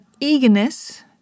eagerness